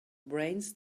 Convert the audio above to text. brains